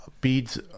beads